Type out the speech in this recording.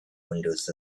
windows